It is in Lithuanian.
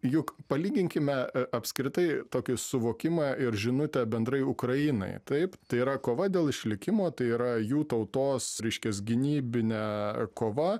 juk palyginkime apskritai tokį suvokimą ir žinutę bendrai ukrainai taip tai yra kova dėl išlikimo tai yra jų tautos reiškias gynybinė kova